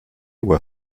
were